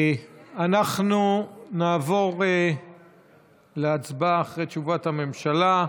אנחנו נעבור להצבעה, אחרי תשובת הממשלה.